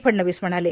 फडणवीस म्हणाले